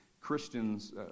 Christians